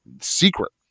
secret